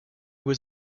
was